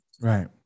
Right